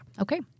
Okay